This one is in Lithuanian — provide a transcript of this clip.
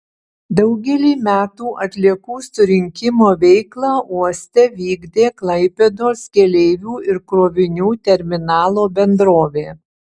daugelį metų atliekų surinkimo veiklą uoste vykdė klaipėdos keleivių ir krovinių terminalo bendrovė